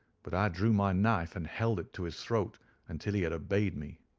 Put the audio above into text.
but i drew my knife and held it to his throat until he had obeyed me.